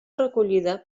recollida